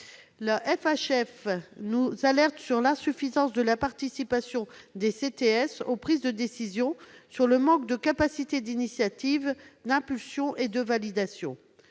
nous a alertés sur l'insuffisance de la participation des CTS aux prises de décision, sur le manque de capacité d'initiative, d'impulsion et de validation.